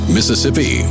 Mississippi